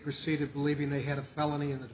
proceeded believing they had a felony and